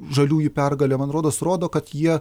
žaliųjų pergalė man rodos rodo kad jie